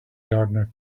gardener